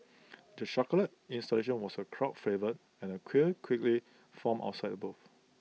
the chocolate installation was A crowd favourite and A queue quickly formed outside the booth